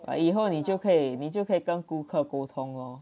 mm 以后你就可以你就可以跟顾客沟通 lor